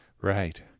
Right